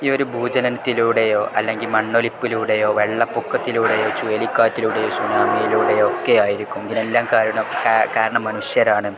ഈ ഒരു ഭൂചലനത്തിലൂടെയോ അല്ലെങ്കിൽ മണ്ണൊലിപ്പിലൂടെയോ വെള്ളപ്പൊക്കത്തിലൂടെയോ ചുഴലിക്കാറ്റിലൂടെയോ സുനാമിയിലൂടെയോ ഒക്കെ ആയിരിക്കും ഇതിനെല്ലാം കാരണം കാരണം മനുഷ്യരാണ്